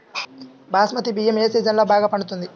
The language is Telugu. బాస్మతి బియ్యం ఏ సీజన్లో బాగా పండుతుంది?